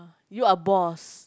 you are boss